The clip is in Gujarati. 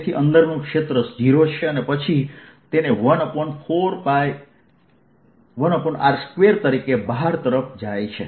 તેથી અંદરનું ક્ષેત્ર 0 છે અને પછી 1r2 તરીકે બહાર તરફ જાય છે